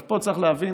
פה צריך להבין,